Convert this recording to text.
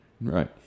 right